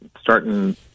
starting